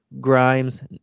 Grimes